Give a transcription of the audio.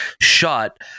shot